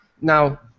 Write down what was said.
Now